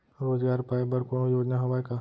रोजगार पाए बर कोनो योजना हवय का?